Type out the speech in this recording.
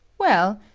well,